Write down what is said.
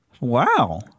Wow